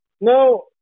No